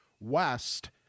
west